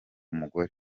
mugore